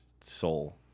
soul